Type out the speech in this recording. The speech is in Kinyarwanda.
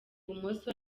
bumoso